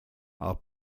are